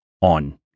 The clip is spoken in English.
on